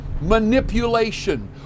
manipulation